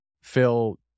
Phil